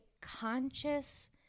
conscious